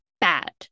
bad